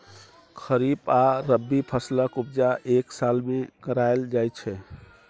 खरीफ आ रबी फसलक उपजा एक साल मे कराएल जाइ छै